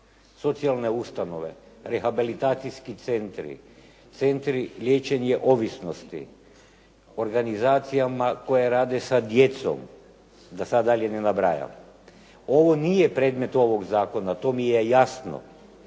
socijalne ustanove, rehabilitacijski centri, centre liječenje ovisnosti, organizacijama koje rade sa djecom, da sad dalje ne nabrajam. Ovo nije predmet ovog zakona, to mi je jasno,